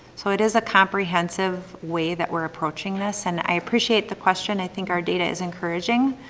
so it is a comprehensive way that we're approaching this and i appreciate the question. i think our data is encouraging